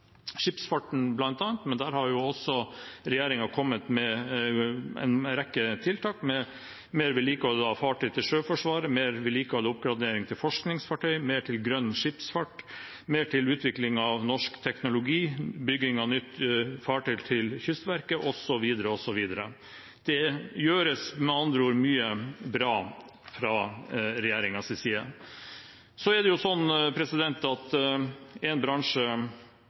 skipsfarten bl.a., men der har regjeringen kommet med en rekke tiltak: mer vedlikehold av fartøy til Sjøforsvaret, mer vedlikehold og oppgradering av forskningsfartøy, mer til grønn skipsfart, mer til utvikling av norsk teknologi, bygging av nytt fartøy til Kystverket, osv. Det gjøres med andre ord mye bra fra regjeringens side. Det er også sånn at en bransje